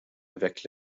avec